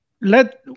let